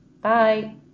bye